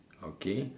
okay